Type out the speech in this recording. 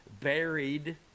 buried